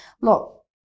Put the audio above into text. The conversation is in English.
look